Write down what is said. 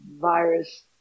virus